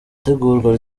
itegurwa